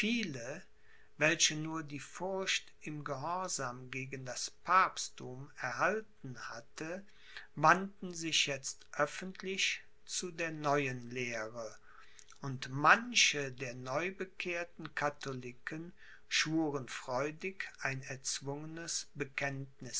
welche nur die furcht im gehorsam gegen das papstthum erhalten hatte wandten sich jetzt öffentlich zu der neuen lehre und manche der neubekehrten katholiken schwuren freudig ein erzwungenes